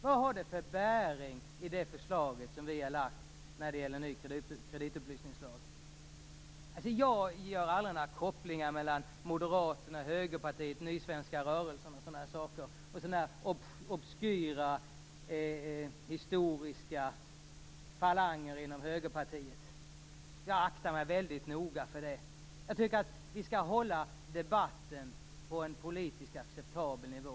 Vad har det för bäring i det förslag som vi har lagt fram när det gäller ny kreditupplysningslag? Jag gör aldrig några kopplingar mellan Moderaterna, Högerpartiet, Nysvenska rörelsen och sådana saker och obskyra historiska falanger inom högerpartiet. Jag aktar mig väldigt noga för det. Jag tycker att vi skall hålla debatten på en politiskt acceptabel nivå.